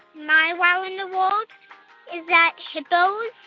my wow in the world is that hippos,